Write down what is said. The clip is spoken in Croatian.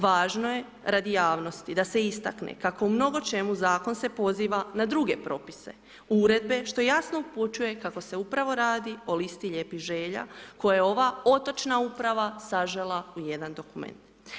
Važno je radi javnosti da se istakne kako u mnogo čemu zakon se poziva na druge propise uredbe što jasno upućuje kako se upravo radi o listi lijepih želja koje ova otočna uprava sažela u jedan dokument.